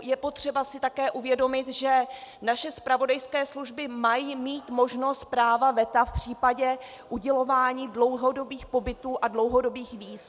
Je potřeba si také uvědomit, že naše zpravodajské služby mají mít možnost práva veta v případě udělování dlouhodobých pobytů a dlouhodobých víz.